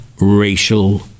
racial